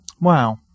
Wow